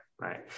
Right